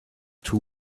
two